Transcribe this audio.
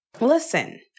Listen